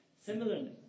Similarly